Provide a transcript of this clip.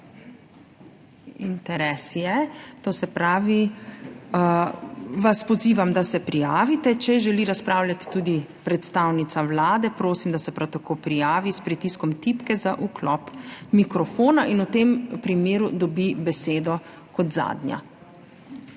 Interes je, zato vas pozivam, da se prijavite. Če želi razpravljati tudi predstavnica Vlade, prosim, da se prav tako prijavi s pritiskom tipke za vklop mikrofona in v tem primeru dobi besedo kot zadnja.